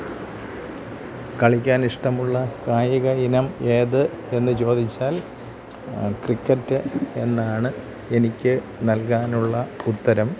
കളിക്കാൻ ഇഷ്ടമുള്ള കായിക ഇനം ഏത് എന്ന് ചോദിച്ചാൽ ക്രിക്കറ്റ് എന്നാണ് എനിക്ക് നൽകാനുള്ള ഉത്തരം